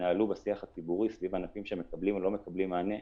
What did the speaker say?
שהתנהלו בשיח הציבורי סביב ענפים שמקבלים או לא מקבלים מענה,